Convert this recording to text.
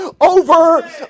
over